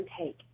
take